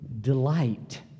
delight